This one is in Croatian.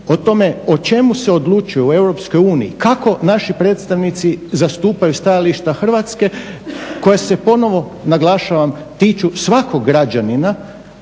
o tome o čemu se odlučuje u EU, kako naši predstavnici zastupaju stajališta Hrvatske koja se ponovno naglašavam tiču svakog građanina